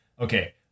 okay